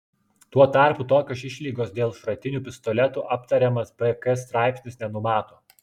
tuo tarpu tokios išlygos dėl šratinių pistoletų aptariamas bk straipsnis nenumato